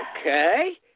Okay